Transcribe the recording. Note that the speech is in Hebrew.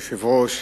אדוני היושב-ראש,